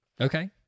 okay